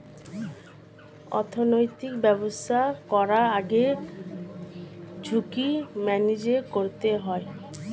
অর্থনৈতিক ব্যবসা করার আগে ঝুঁকি ম্যানেজ করতে হয়